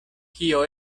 kio